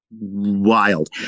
wild